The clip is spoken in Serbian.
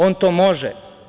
On to može.